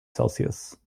celsius